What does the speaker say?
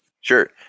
Sure